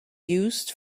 used